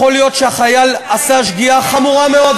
יכול להיות שהחייל עשה שגיאה חמורה מאוד,